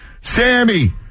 Sammy